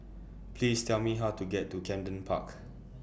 Please Tell Me How to get to Camden Park